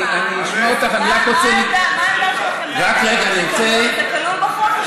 מה העמדה שלכם, זה כלול בחוק או לא כלול?